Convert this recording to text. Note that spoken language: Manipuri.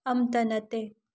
ꯑꯃꯇ ꯅꯠꯇꯦ